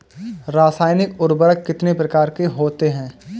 रासायनिक उर्वरक कितने प्रकार के होते हैं?